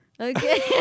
Okay